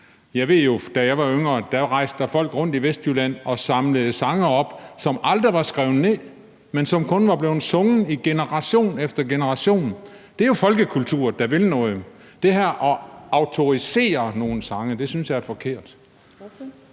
Jeg ved jo, at da jeg var yngre, rejste der folk rundt i Vestjylland og samlede sange op, som aldrig var skrevet ned, men som kun var blevet sunget i generation efter generation. Det er jo folkekultur, der vil noget. Det her med at autorisere nogle sange synes jeg er forkert.